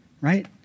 right